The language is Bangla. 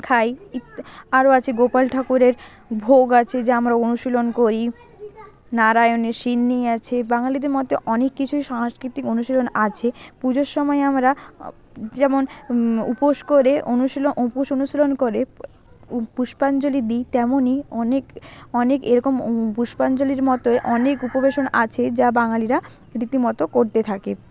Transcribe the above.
খাই ইত আরও আছে গোপাল ঠাকুরের ভোগ আছে যা আমরা অনুশীলন করি নারায়ণের সিন্নি আছে বাঙালিদের মধ্যে অনেক কিছুই সাংস্কৃতিক অনুশীলন আছে পুজোর সময় আমরা যেমন উপোস করে অনুশীলন উপোস অনুশীলন করে পুষ্পাঞ্জলি দিই তেমনই অনেক অনেক এরকম পুষ্পাঞ্জলির মতই অনেক আছে যা বাঙালিরা রীতিমত করতে থাকে